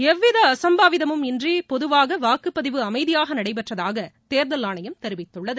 எவ்வித அசும்பாதமும் இன்றி பொதுவாக வாக்குப்பதிவு அமைதியாக நடைபெற்றதாக தேர்தல் ஆணையம் தெரிவித்துள்ளது